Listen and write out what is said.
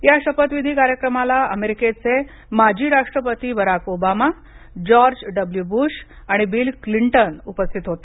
या शपथविधी कार्यक्रमाला अमेरिकेचे माजी राष्ट्रपती Barack Obama George W Bush आणि बिल क्लिंटन उपस्थित होते